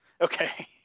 Okay